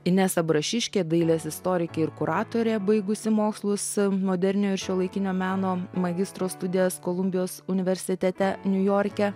inesa brašiškė dailės istorikė ir kuratorė baigusi mokslus moderniojo ir šiuolaikinio meno magistro studijas kolumbijos universitete niujorke